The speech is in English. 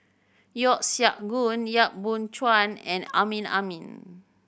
Yeo Siak Goon Yap Boon Chuan and Amrin Amin